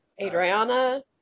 Adriana